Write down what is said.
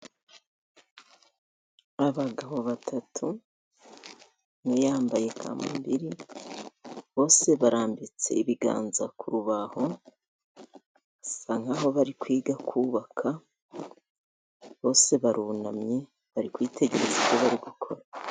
Abagabo batatu, umwe yambaye kamambiri bose barambitse ibiganza ku rubaho, basa nk'aho bari kwiga kubaka, bose barunamye bari kwitegereza ibyo bari gukora.